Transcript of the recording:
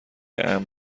امن